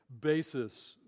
basis